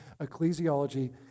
ecclesiology